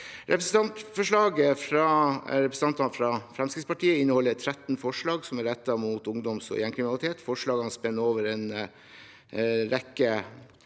representantene fra Fremskrittspartiet inneholder 13 forslag som er rettet mot ungdoms- og gjengkriminalitet. Forslagene spenner over en rekke